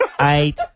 Eight